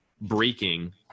breaking